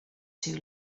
too